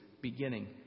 beginning